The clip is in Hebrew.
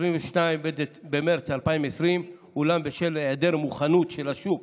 22 במרץ 2020, אולם בשל היעדר מוכנות של השוק